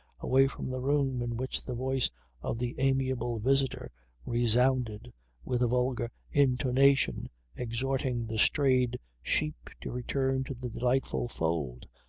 away from the room in which the voice of the amiable visitor resounded with a vulgar intonation exhorting the strayed sheep to return to the delightful fold.